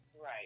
Right